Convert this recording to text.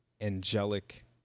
angelic